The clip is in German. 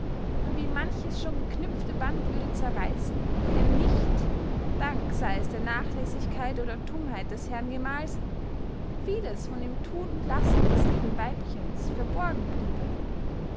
und wie manches schon geknüpfte band würde zerreissen wenn nicht dank sey es der nachlässigkeit oder tummheit des herrn gemahls vieles von dem thun und lassen des lieben weibchens verborgen bliebe